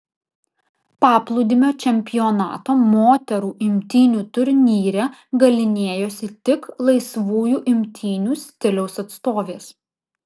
paplūdimio čempionato moterų imtynių turnyre galynėjosi tik laisvųjų imtynių stiliaus atstovės